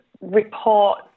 report